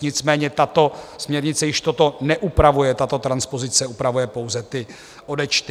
Nicméně tato směrnice již toto neupravuje, tato transpozice upravuje pouze ty odečty.